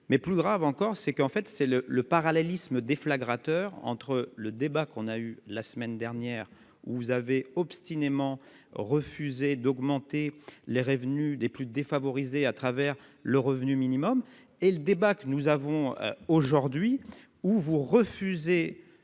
mais plus grave encore, c'est qu'en fait c'est le le parallélisme déflagration heures entre le débat qu'on a eu la semaine dernière, où vous avez obstinément refusé d'augmenter les revenus des plus défavorisés à travers le revenu minimum et le débat que nous avons aujourd'hui ou vous refusez